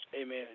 amen